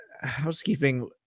Housekeeping